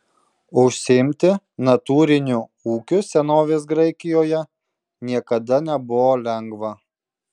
užsiimti natūriniu ūkiu senovės graikijoje niekada nebuvo lengva